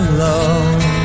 love